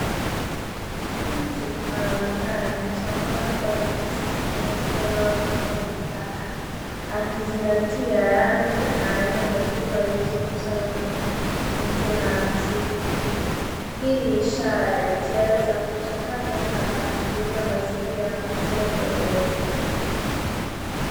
Mtu anaonekana akichambua chupa za plastiki katika eneo la ukusanyaji taka akizingatia rangi na aina za chupa zilizokusanywa kwenye kontena la chuma. Hii ni ishara ya jitihada za kuchakata taka na kulinda mazingira kwa njia endelevu.